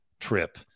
trip